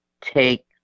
take